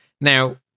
Now